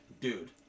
dude